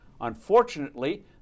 Unfortunately